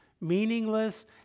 meaningless